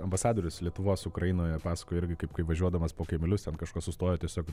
ambasadorius lietuvos ukrainoje pasakojo irgi kaip kaip važiuodamas po kaimelius kažko sustojo tiesiog